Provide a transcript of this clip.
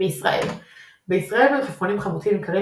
בישראל בישראל מלפפונים חמוצים נמכרים